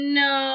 no